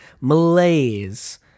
malaise